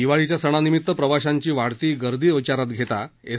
दिवाळीच्या सणानिमित्त प्रवाशांची वाढती गर्दी विचारात घेता एस